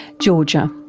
georgia.